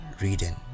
reading